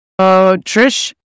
Trish